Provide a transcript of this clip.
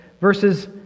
verses